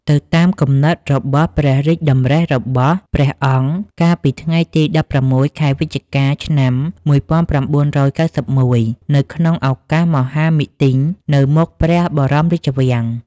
ទៅតាមគំនិតរបស់ព្រះរាជតម្រិះរបស់ ព្រះអង្គ កាលពីថ្ងៃទី១៦ ខែវិច្ឆិកា ឆ្នាំ១៩៩១ នៅក្នុងឱកាសមហាមិទ្ទិញ នៅមុខព្រះបរមរាជវាំង។